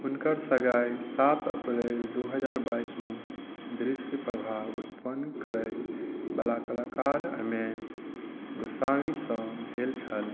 हुनकर सगाइ सात अप्रैल दू हजार बाइसमे दृश्य प्रभाव उत्पन्न करय बला कलाकार अमेय गोसावीसँ भेल छल